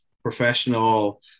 professional